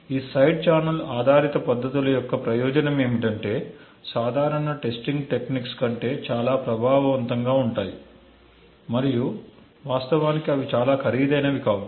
ఈ side channel ఆధారిత పద్ధతుల యొక్క ప్రయోజనం ఏమిటంటే సాధారణ టెస్టింగ్ టెక్నిక్స్ కంటే చాలా ప్రభావవంతంగా ఉంటాయి మరియు వాస్తవానికి అవి చాలా ఖరీదైనవి కావు